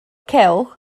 cylch